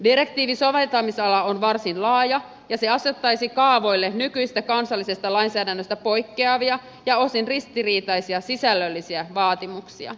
direktiivin soveltamisala on varsin laaja ja se asettaisi kaavoille nykyisestä kansallisesta lainsäädännöstä poikkeavia ja osin ristiriitaisia sisällöllisiä vaatimuksia